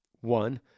One